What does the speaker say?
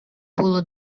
було